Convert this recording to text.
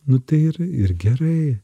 nu tai ir ir gerai